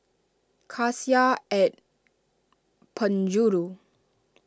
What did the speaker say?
Cassia at Penjuru